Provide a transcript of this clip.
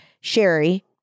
Sherry